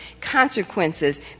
consequences